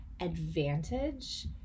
advantage